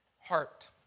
heart